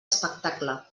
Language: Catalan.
espectacle